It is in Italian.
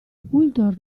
uldor